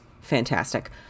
fantastic